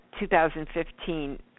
2015